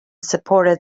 supported